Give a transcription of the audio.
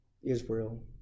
Israel